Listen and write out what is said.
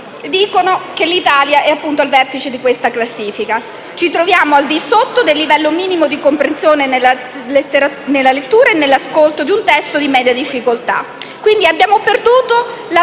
dicono che l'Italia è, appunto, al vertice di questa classifica. Ci troviamo al di sotto del livello minimo di comprensione nella lettura e nell'ascolto di un testo di media difficoltà.